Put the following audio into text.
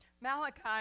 Malachi